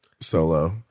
solo